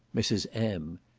mrs. m.